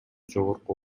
жогорку